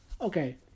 Okay